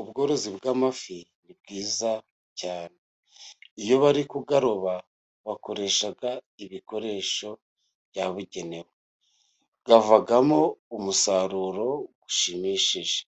Ubworozi bw'amafi ni bwiza cyane. Iyo bari kuyaroba bakoresha ibikoresho byabugenewe. Avamo umusaruro ushimishije